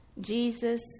Jesus